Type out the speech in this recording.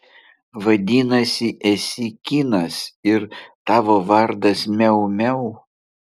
vadinasi esi kinas ir tavo vardas miau miau